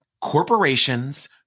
Corporations